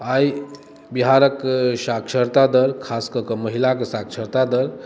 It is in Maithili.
आइ बिहारक साक्षरता दर खास कऽ के महिलाके साक्षरता दर